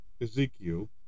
Ezekiel